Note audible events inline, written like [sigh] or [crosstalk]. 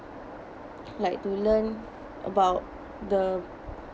[noise] like to learn about the